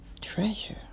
treasure